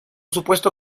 supuesto